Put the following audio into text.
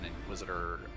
Inquisitor